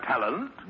talent